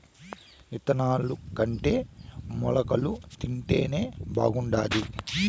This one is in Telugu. ఇత్తనాలుకంటే మొలకలు తింటేనే బాగుండాది